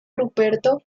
ruperto